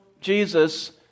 Jesus